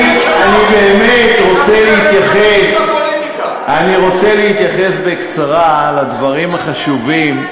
אני באמת רוצה להתייחס בקצרה לדברים החשובים,